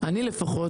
אני לפחות,